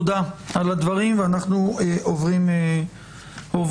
תודה על הדברים, ואנחנו עוברים לנושא.